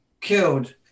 killed